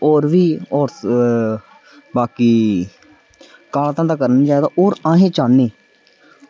होर जी होर बाकी काला धंधा करना निं चाहिदा होर अस एह् चाह्न्ने